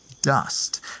dust